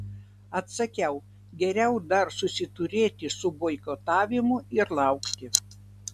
atsakiau geriau dar susiturėti su boikotavimu ir laukti